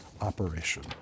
operation